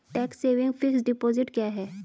Tax saving fixed deposit क्या है?